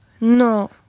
no